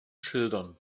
schildern